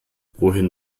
wohin